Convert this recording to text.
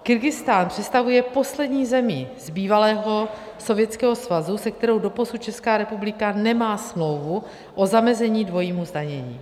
Kyrgyzstán představuje poslední zemi z bývalého Sovětského svazu, se kterou doposud Česká republika nemá smlouvu o zamezení dvojímu zdanění.